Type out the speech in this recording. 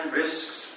risks